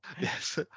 Yes